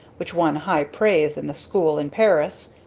which won high praise in the school in paris,